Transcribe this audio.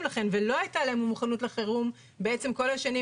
לכן ולא היתה לנו מוכנות לחירום כל השנים,